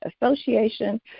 Association